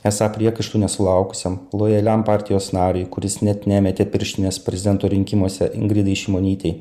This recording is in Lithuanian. esą priekaištų nesulaukusiam lojaliam partijos nariui kuris net nemetė pirštinės prezidento rinkimuose ingridai šimonytei